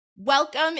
welcome